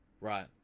Right